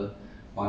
mm